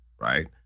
right